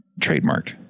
trademark